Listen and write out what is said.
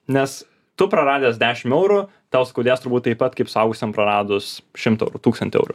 nes tu praradęs dešim eurų tau skaudės turbūt taip pat kaip suaugusiam praradus šimtą eurų tūkstantį eurų